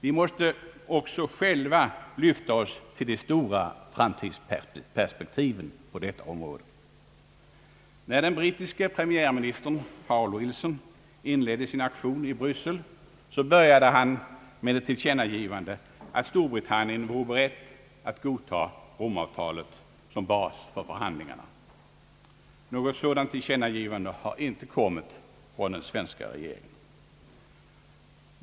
Vi måste också själva lyfta oss till de stora framtidsperspektiven på detta område, När den brittiske premiärministern Harold Wilson inledde sin aktion i Bryssel, började han med ett tillkännagivande att Storbritannien vore berett att godta Romavtalet som bas för förhandlingarna. Något sådant tillkännagivande har inte kommit från den svenska regeringen.